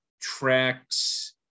tracks